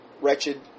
wretched